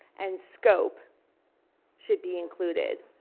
and scope should be included.